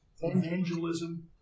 evangelism